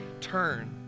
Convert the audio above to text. turn